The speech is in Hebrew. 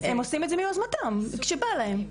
הם עושים את זה מיוזמתם, כשבא להם.